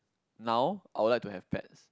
now I would like to have pets